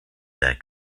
their